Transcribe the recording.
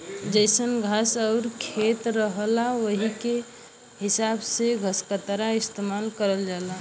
जइसन घास आउर खेत रहला वही के हिसाब से घसकतरा इस्तेमाल करल जाला